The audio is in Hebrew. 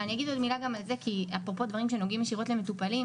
אם נאמר כאן לדעתי בדיון הקודם שמקדמים את הסל לקופות לפי דמוגרפיה,